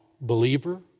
believer